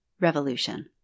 revolution